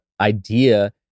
idea